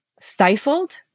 stifled